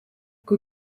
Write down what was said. kui